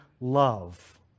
love